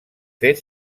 fet